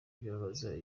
bibabaza